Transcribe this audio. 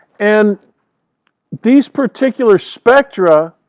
and these particular spectra,